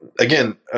again